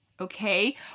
okay